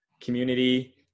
community